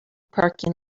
parking